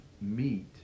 meet